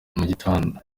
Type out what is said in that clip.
gitanda